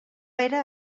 era